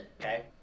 Okay